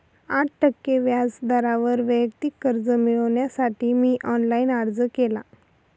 आठ टक्के व्याज दरावर वैयक्तिक कर्ज मिळविण्यासाठी मी ऑनलाइन अर्ज केला